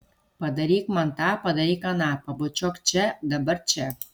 padaryk man tą padaryk aną pabučiuok čia dabar čia